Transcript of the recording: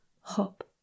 hop